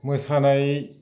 मोसानाय